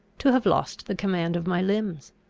to have lost the command of my limbs.